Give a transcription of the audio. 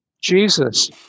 Jesus